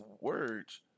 words